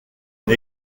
une